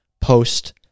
post